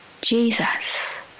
Jesus